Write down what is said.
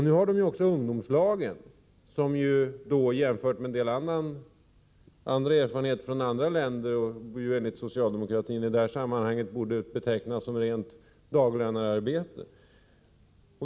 Nu har de ju också ungdomslagen, som jämfört med en del erfarenheter från andra länder enligt socialdemokraterna borde betecknas som rent daglönearbete.